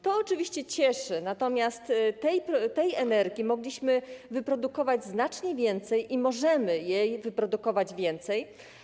To oczywiście cieszy, natomiast tej energii mogliśmy wyprodukować znacznie więcej i możemy jej wyprodukować więcej.